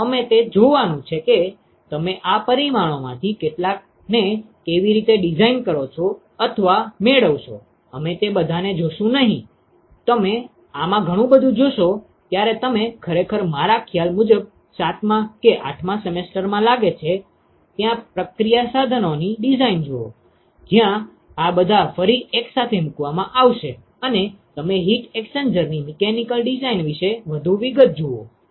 તેથી અમે તે જોવાનું છે કે તમે આ પરિમાણોમાંથી કેટલાકને કેવી રીતે ડિઝાઇન કરો છો અથવા મેળવશો અમે તે બધાને જોશું નહીં તમે આમાં ઘણું બધું જોશો જ્યારે તમે ખરેખર મારા ખ્યાલ મુજબ સાતમા કે આઠમા સેમેસ્ટર લાગે છે ત્યાં પ્રક્રિયા સાધનોની ડિઝાઇન જુઓ જ્યાં આ બધા ફરી એક સાથે મૂકવામાં આવશે અને તમે હીટ એક્સ્ચેન્જરની મીકેનિકલ ડીઝાઇન વિશે વધુ વિગતો જુઓ